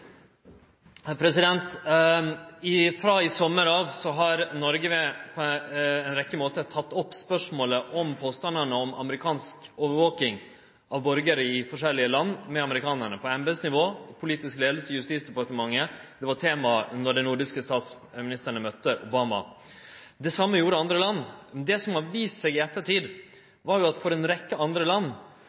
i sommar av har Noreg på ei rekkje måtar teke opp spørsmålet om påstandane om amerikansk overvaking av borgarar i forskjellige land med amerikanarane på embetsnivå, med politisk leiing i Justisdepartementet, og det var tema då dei nordiske statsministrane møtte president Obama. Det same har andre land gjort. Det som har vist seg i ettertid, er at for ei rekkje andre land